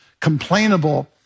complainable